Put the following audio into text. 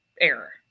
error